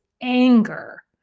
anger